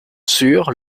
sûre